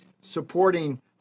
supporting